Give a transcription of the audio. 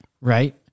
Right